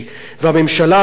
והממשלה הזאת,